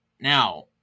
Now